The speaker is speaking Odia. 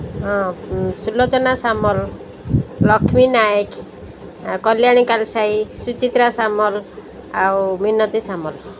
ହଁ ସୁଲୋଚନା ସାମଲ ଲକ୍ଷ୍ମୀ ନଏକ କଲ୍ୟାଣୀ କାଲସାଇ ସୁଚିତ୍ରା ସାମଲ ଆଉ ମିନତୀ ସାମଲ